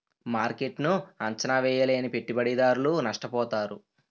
మార్కెట్ను అంచనా వేయలేని పెట్టుబడిదారులు నష్టపోతారు